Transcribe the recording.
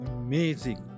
amazing